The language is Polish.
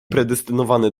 predestynowany